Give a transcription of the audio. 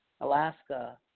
Alaska